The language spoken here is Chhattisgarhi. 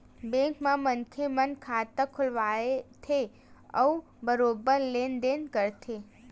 बेंक म मनखे मन खाता खोलवाथे अउ बरोबर लेन देन करथे